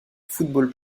football